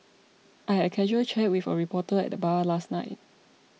I had a casual chat with a reporter at the bar last night